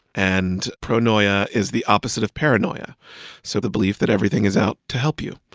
and pronoia is the opposite of paranoia so the belief that everything is out to help you.